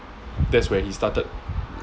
that's where he started